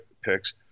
picks